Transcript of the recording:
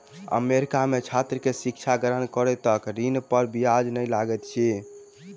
America में छात्र के शिक्षा ग्रहण करै तक ऋण पर ब्याज नै लगैत अछि